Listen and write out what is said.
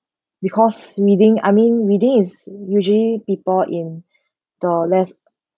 because reading I mean reading is usually people in the less